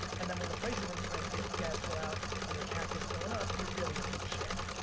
and then when the price of instagram and facebook ads go out and your cac has gone up, you're really in deep shit.